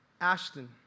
Ashton